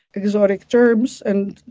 exotic terms. and,